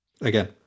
Again